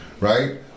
right